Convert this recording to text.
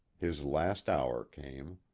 his last hour came.